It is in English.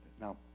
Now